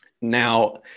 Now